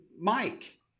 Mike